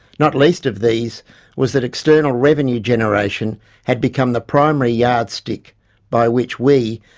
not least of these was that external revenue generation had become the primary yardstick by which we,